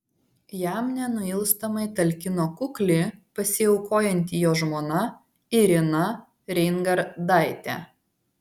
jam nenuilstamai talkino kukli pasiaukojanti jo žmona irina reingardaitė